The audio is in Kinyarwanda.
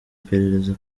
iperereza